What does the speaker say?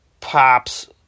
pops